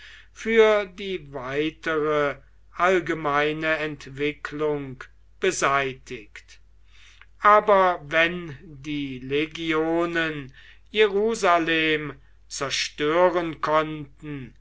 für die weitere allgemeine entwicklung beseitigt aber wenn die legionen jerusalem zerstören konnten